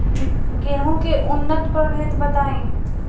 गेंहू के उन्नत प्रभेद बताई?